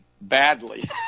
Badly